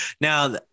now